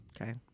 okay